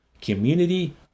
community